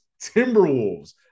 Timberwolves